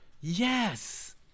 Yes